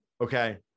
okay